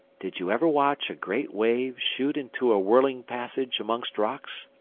did you ever watch a great wave shoot into a winding passage amongst rocks?